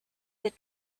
the